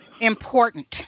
important